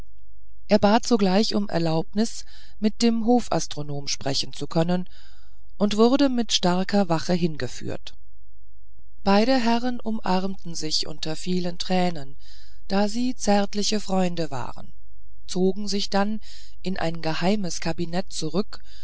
er bat sogleich um die erlaubnis mit dem hofastronom sprechen zu können und wurde mit starker wache hingeführt beide herren umarmten sich unter vielen tränen da sie zärtliche freunde waren zogen sich dann in ein geheimes kabinett zurück